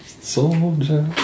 Soldier